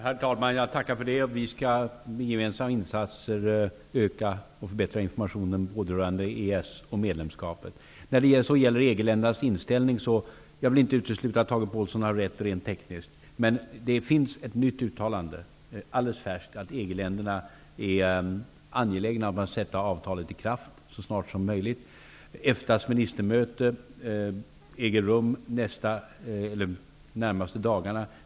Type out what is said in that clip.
Herr talman! Jag tackar för det beskedet. Med gemensamma insatser skall vi öka och förbättra informationen rörande både EES och medlemskapet. När det gäller EG-ländernas inställning vill jag inte utesluta att Tage Påhlsson har rätt rent tekniskt. Men det finns ett alldeles färskt uttalande om att EG-länderna är angelägna om att sätta avtalet i kraft så snart som möjligt. EFTA:s ministermöte äger rum under de närmaste dagarna.